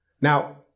Now